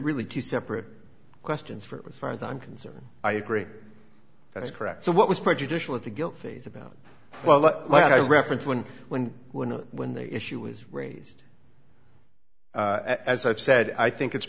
really two separate questions for it was far as i'm concerned i agree that's correct so what was prejudicial at the guilt phase about well what i reference when when when when the issue was raised as i've said i think it's